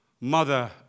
mother